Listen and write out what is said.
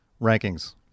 rankings